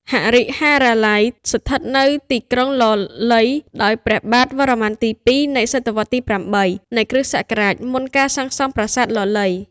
ហរិហរាល័យ ស្ថិតនៅទីក្រុងលលៃ ដោយព្រះបាទវរ្ម័នទី២ នៅសតវត្សរ៍ ទី៨ នៃគ្រិស្តសករាជ មុនការសាងសង់ ប្រាសាទលលៃ ។